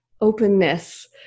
openness